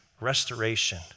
restoration